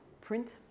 print